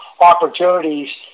opportunities